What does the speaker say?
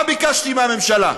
מה ביקשתי מהממשלה,